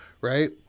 Right